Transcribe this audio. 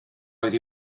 oedd